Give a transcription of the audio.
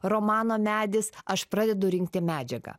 romano medis aš pradedu rinkti medžiagą